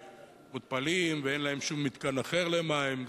מותפלים ואין להם שום מתקן אחר למים.